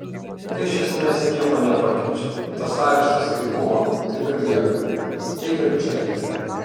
tai iš esmės nieko nepakeičia tas areštas kaip buvo taip ir lieka teigia ručienė